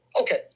Okay